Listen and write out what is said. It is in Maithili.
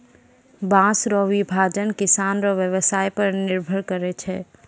बाँस रो विभाजन किसान रो व्यवसाय पर निर्भर करै छै